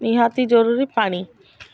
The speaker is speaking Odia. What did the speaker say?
ନିହାତି ଜରୁରୀ ପାଣି